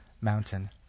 mountain